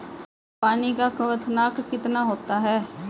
पानी का क्वथनांक कितना होता है?